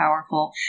powerful